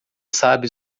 sabe